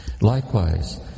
Likewise